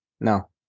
No